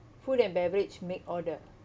food and beverage make order